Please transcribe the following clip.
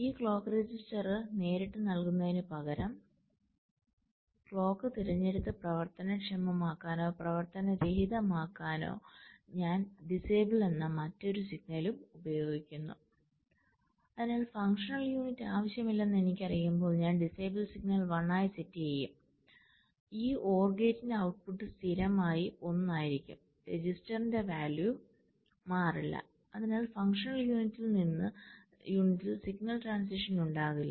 ഈ ക്ലോക്ക് രജിസ്റ്ററിന് നേരിട്ട് നൽകുന്നതിന് പകരം ക്ലോക്ക് തിരഞ്ഞെടുത്ത് പ്രവർത്തനക്ഷമമാക്കാനോ പ്രവർത്തനരഹിതമാക്കാനോ ഞാൻ ഡിസേബിൾ എന്ന മറ്റൊരു സിഗ്നലും ഉപയോഗിക്കുന്നു അതിനാൽ ഫങ്ഷണൽ യൂണിറ്റ് ആവശ്യമില്ലെന്ന് എനിക്കറിയുമ്പോൾ ഞാൻ ഡിസേബിൾ സിഗ്നൽ 1 ആയി സെറ്റ് ചെയ്യും ഈ OR ഗേറ്റിന്റെ ഔട്ട്പുട്ട് സ്ഥിരമായ ഒന്നായിരിക്കും രജിസ്റ്ററിന്റെ വാല്യൂ മാറില്ല അതിനാൽ ഫങ്ഷണൽ യൂണിറ്റിൽ സിഗ്നൽ ട്രാന്സിഷൻ ഉണ്ടാകില്ല